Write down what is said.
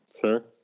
Sure